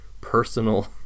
personal